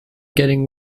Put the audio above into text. getting